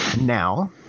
Now